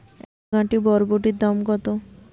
এক আঁটি বরবটির দাম কত?